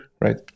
right